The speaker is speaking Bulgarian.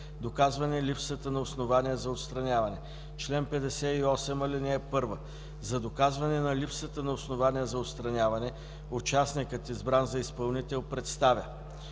„Доказване липсата на основания за отстраняване Чл. 58. (1) За доказване на липсата на основания за отстраняване участникът, избран за изпълнител, представя: